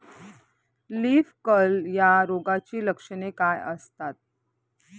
Leaf curl या रोगाची लक्षणे काय असतात?